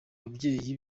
babyeyi